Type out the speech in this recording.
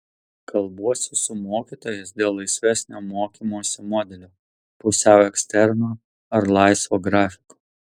kalbuosi su mokytojais dėl laisvesnio mokymosi modelio pusiau eksterno ar laisvo grafiko